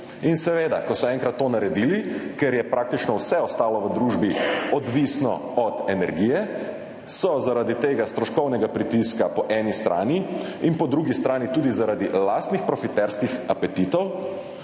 In seveda, ko so enkrat to naredili, ker je praktično vse ostalo v družbi odvisno od energije, so zaradi tega stroškovnega pritiska po eni strani in po drugi strani tudi zaradi lastnih profiterskih apetitov